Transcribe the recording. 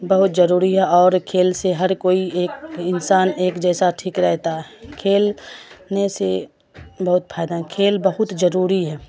بہت ضروری ہے اور کھیل سے ہر کوئی ایک انسان ایک جیسا ٹھیک رہتا ہے کھیل نے سے بہت فائدہ ہے کھیل بہت ضروری ہے